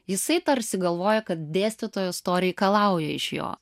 jisai tarsi galvoja kad dėstytojas to reikalauja iš jo